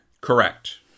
Correct